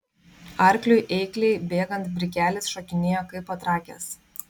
arkliui eikliai bėgant brikelis šokinėjo kaip patrakęs